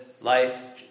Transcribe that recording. life